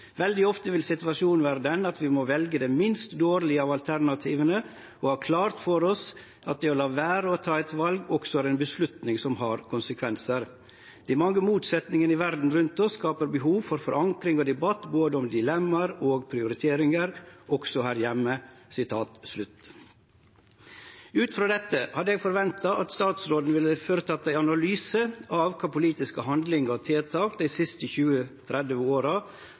Veldig ofte vil situasjonen være den at vi må velge det minst dårlige av alternativene – og ha klart for oss at det å la være å ta et valg også er en beslutning som har konsekvenser. De mange motsetningene i verden rundt oss skaper behov for forankring og debatt både om dilemmaer og prioriteringer – også her hjemme.» Ut frå dette hadde eg forventa at utanriksministeren ville ha føretatt ein analyse av kva politiske handlingar og tiltak dei siste 20–30 åra